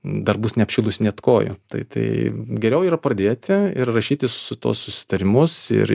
dar bus neapšilus net kojų tai tai geriau yra pradėti ir rašyti su tuo susitarimus ir